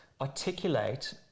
articulate